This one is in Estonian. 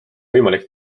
võimalik